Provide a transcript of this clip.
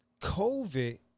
COVID